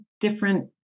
different